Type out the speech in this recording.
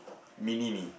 mini me